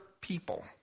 people